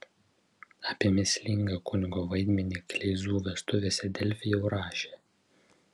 apie mįslingą kunigo vaidmenį kleizų vestuvėse delfi jau rašė